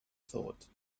thought